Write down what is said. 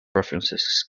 preferences